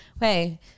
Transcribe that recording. Hey